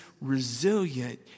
resilient